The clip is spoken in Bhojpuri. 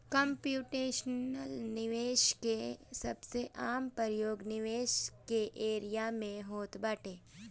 कम्प्यूटेशनल निवेश के सबसे आम प्रयोग निवेश के एरिया में होत बाटे